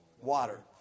Water